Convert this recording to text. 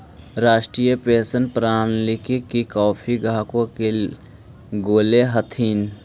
राष्ट्रीय पेंशन प्रणाली के काफी ग्राहक हो गेले हथिन